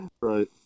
Right